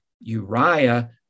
Uriah